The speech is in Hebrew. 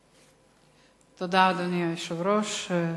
תודה, אדוני היושב ראש.